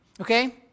Okay